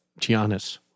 Giannis